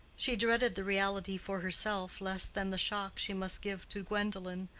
she dreaded the reality for herself less than the shock she must give to gwendolen,